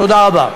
תודה רבה.